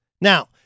now